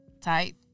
tight